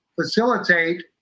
facilitate